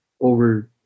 over